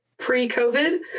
pre-COVID